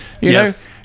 Yes